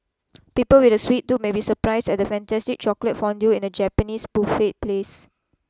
people with a sweet tooth may be surprised at a fantastic chocolate fondue in a Japanese buffet place